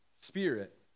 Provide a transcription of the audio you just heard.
spirit